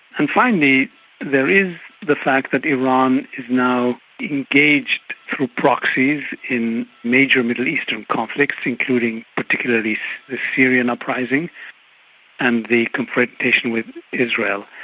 and finally there is the fact that iran is now engaged through proxies in major middle eastern conflicts including particularly the syrian uprising and the confrontation with israel.